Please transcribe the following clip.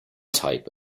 type